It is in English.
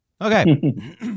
okay